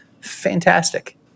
fantastic